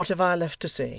what have i left to say?